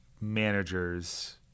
managers